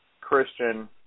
Christian